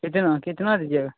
कितना कितना दीजिएगा